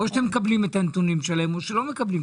או שאתם מקבלים את הנתונים שלהם או שלא מקבלים.